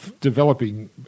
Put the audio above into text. developing